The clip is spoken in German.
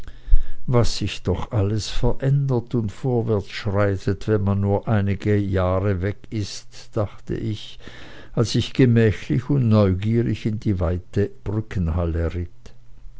was sich doch alles verändert und vorwärtsschreitet wenn man nur einige jahre weg ist dachte ich als ich gemächlich und neugierig in die weite brückenhalle ritt